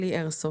כלי איירסופט.